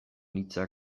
hitza